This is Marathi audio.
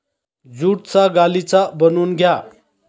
ज्यूटचा गालिचा बनवून घ्या